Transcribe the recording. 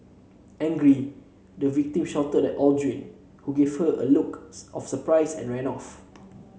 angry the victim shouted at Aldrin who gave her a look of surprise and ran off